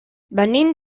venim